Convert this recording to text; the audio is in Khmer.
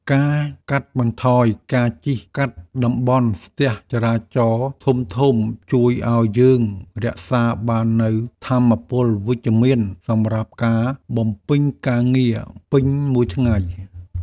ការកាត់បន្ថយការជិះកាត់តំបន់ស្ទះចរាចរណ៍ធំៗ ជួយឱ្យយើងរក្សាបាននូវថាមពលវិជ្ជមានសម្រាប់ការបំពេញការងារពេញមួយថ្ងៃ។